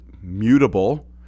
mutable